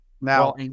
Now